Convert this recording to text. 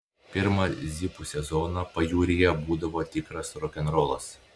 pirmą zipų sezoną pajūryje būdavo tikras rokenrolas